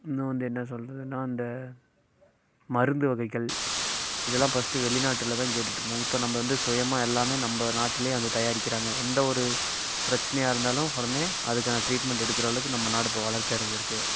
இன்னும் வந்து என்ன சொல்வதுன்னா அந்த மருந்து வகைகள் இதெல்லாம் ஃபஸ்ட்டு வெளிநாட்டில்தான் கேட்டுகிட்ருந்தோம் இப்போ நம்ம வந்து சுயமாக எல்லாமே நம்ம நாட்டுலேயே வந்து தயாரிக்கிறாங்க எந்த ஒரு பிரச்சினையா இருந்தாலும் உடனே அதுக்கான ட்ரீட்மெண்ட் எடுக்கிற அளவுக்கு நம்ம நாடு இப்போ வளர்ச்சி அடைஞ்சுருக்கு